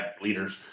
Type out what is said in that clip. leaders